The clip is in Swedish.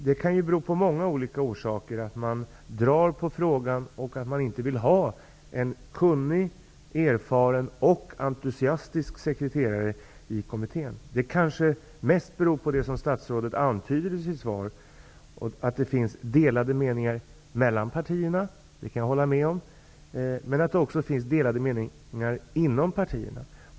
Det kan finnas många olika orsaker till att regeringen drar på frågan och inte vill ha en kunnig, erfaren och entusiastisk sekreterare i kommittén. Det kanske beror mest på det som statsrådet antyder i sitt svar, nämligen att det finns delade meningar mellan partierna -- det kan jag hålla med om -- men också inom partierna.